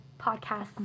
podcast